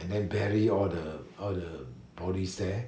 and then buried all the all the bodies there